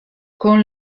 con